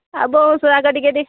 ଆଉ ବୋହୂ ସୁଆଗ ଟିକେ